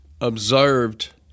Observed